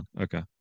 Okay